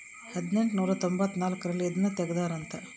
ಹದಿನೆಂಟನೂರ ತೊಂಭತ್ತ ನಾಲ್ಕ್ ರಲ್ಲಿ ಇದುನ ತೆಗ್ದಾರ ಅಂತ